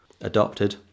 adopted